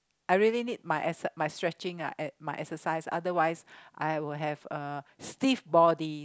I really need my exercise my stretching ah and my exercise other I will have uh stiff body